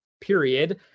period